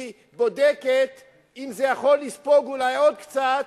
היא בודקת אם זה יכול לספוג אולי עוד קצת,